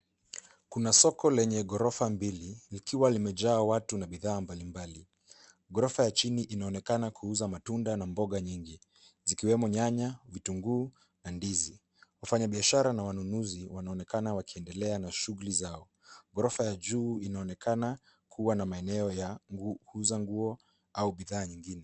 Kuna soko lenye ghorofa mbili, likiwa limejaa watu na bidhaa mbalimbali. Ghorofa ya chini inaonekana kuuza matunda na mboga nyingi, zikiwemo pamoja na nyanya, vitunguu, na ndizi. Wafanyabiashara na wanunuzi wanaonekana wakiendelea na shughuli zao. Ghorofa ya juu inaonekana kuwa na maeneo ya kuuza nguo au bidhaa nyingine nyingi.